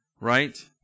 right